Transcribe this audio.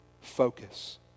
focus